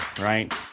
right